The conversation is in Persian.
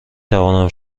توانم